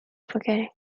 forgetting